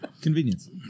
Convenience